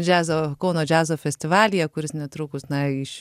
džiazo kauno džiazo festivalyje kuris netrukus na iš